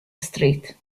street